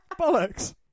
Bollocks